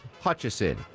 Hutchison